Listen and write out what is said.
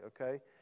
okay